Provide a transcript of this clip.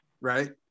right